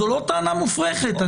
זו לא טענה מופרכת.